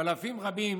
ואלפים רבים